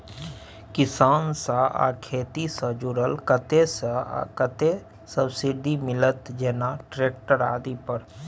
किसान से आ खेती से जुरल कतय से आ कतेक सबसिडी मिलत, जेना ट्रैक्टर आदि पर?